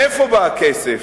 מאיפה בא הכסף?